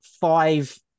Five